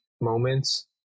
moments